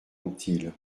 anquetil